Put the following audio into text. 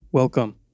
Welcome